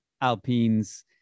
Alpines